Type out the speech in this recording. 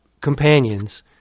companions